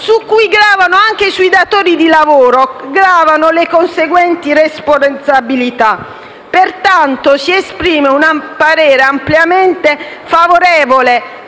su cui gravano (anche su questi ultimi) le conseguenti responsabilità. Pertanto, si esprime un parere ampiamente favorevole